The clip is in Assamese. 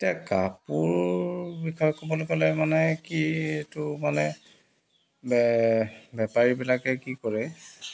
এতিয়া কাপোৰ বিষয়ে ক'বলৈ গ'লে মানে কি এইটো মানে বেপাৰীবিলাকে কি কৰে